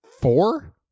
Four